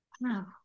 Wow